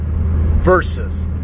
versus